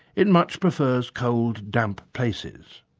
it much prefers cold, damp places.